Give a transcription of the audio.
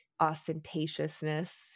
ostentatiousness